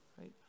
Right